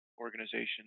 organization